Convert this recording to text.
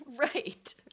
right